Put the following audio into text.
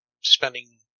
Spending